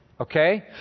Okay